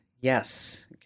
Yes